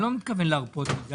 אני לא מתכוון להרפות מזה.